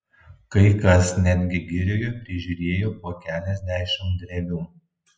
kai kas netgi girioje prižiūrėjo po keliasdešimt drevių